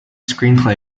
screenplay